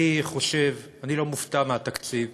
אני לא מופתע מהתקציב.